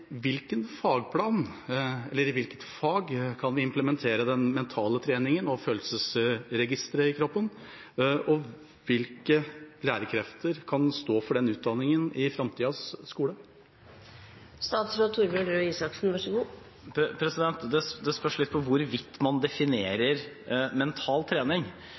hvilket fag kan vi implementere den mentale treningen og følelsesregisteret i kroppen? Og hvilke lærekrefter kan stå for den utdanningen i framtidas skole? Det spørs litt hvordan man definerer «mental trening». Hvis man tenker på psykisk helse, det noen har kalt livsmestring, er elementer av det